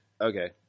Okay